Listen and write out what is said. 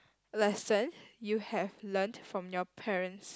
lesson you have learnt from your parents